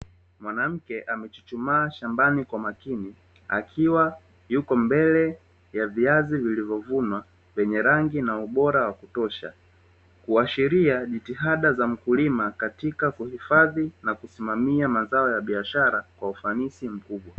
Mwanamke amechuchumaa shambani kwa makini akiwa yupo mbele ya viazi vilivyovunwa vyenye rangi na ubora wa kutosha, kuashiria jitihada za mkulima katika kuhifadhi na kusimamia mazao ya biashara kwa ufanisi mkubwa.